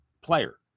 player